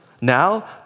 Now